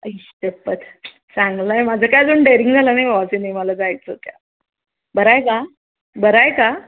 आई शप्पथ चांगलं आहे माझं काय अजून डेअरिंग झालं नाही बाबा सिनेमाला जायचं त्या बरा आहे का बरा आहे का